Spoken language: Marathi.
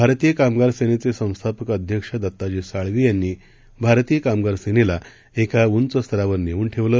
भारतीय कामगार सेनेचे संस्थापक अध्यक्ष दत्ताजी साळवी यांनी भारतीय कामगार सेनेला एका उंच स्तरावर नेऊन ठेवलं